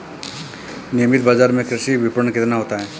नियमित बाज़ार में कृषि विपणन कितना होता है?